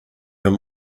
him